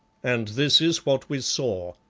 and this is what we saw.